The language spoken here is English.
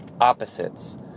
opposites